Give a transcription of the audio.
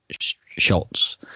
shots